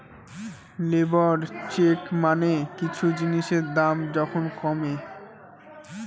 labour check মানে কিছু জিনিসের দাম যখন কমে